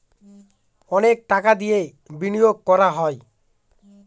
অনেক টাকা দিয়ে বিনিয়োগ করা হয়